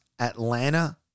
Atlanta